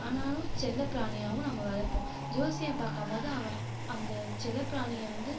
ஆனாலும் செல்லப்பிராணியாகவும் நம்ம வளர்ப்போம் ஜோசியம் பார்க்கம் போது அவன் அந்த செல்லப்பிராணியை வந்து